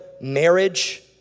marriage